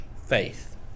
faith